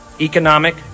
economic